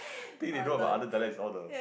thing they know about other dialect is all the